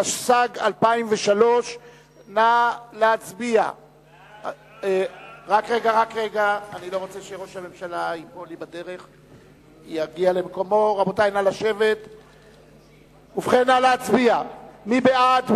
התשס"ג 2003. מי בעד?